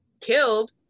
killed